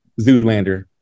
Zoolander